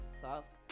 soft